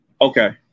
Okay